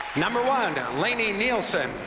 number one, and lani nielson